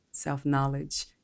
self-knowledge